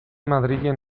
madrilen